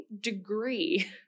degree